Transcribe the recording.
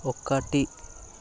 ఒకటి